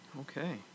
Okay